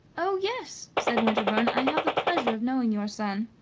oh, yes! said winterbourne i have the pleasure of knowing your son.